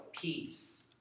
peace